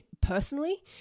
personally